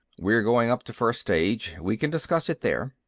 we're going up to first stage. we can discuss it there.